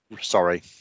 sorry